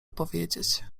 powiedzieć